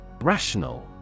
Rational